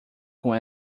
com